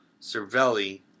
Cervelli